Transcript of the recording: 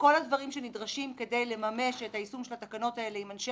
כל הדברים שנדרשים כדי לממש את יישום התקנות האלה עם אנשי